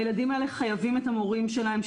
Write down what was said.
הילדים האלה חייבים את המורים שלהם,